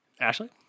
Ashley